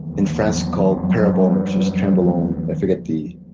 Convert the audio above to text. in france called parabolma which is trenbolone i forget the